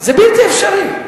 זה בלתי אפשרי.